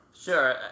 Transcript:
Sure